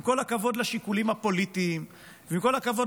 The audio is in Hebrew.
עם כל הכבוד לשיקולים הפוליטיים ועם כל הכבוד